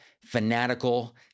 fanatical